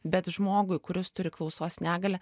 bet žmogui kuris turi klausos negalią